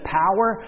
power